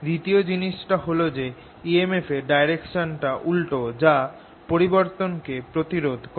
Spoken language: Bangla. দ্বিতীয় জিনিসটা হল যে emf এর ডাইরেকশনটা উল্টো যা পরিবর্তনকে প্রতিরোধ করে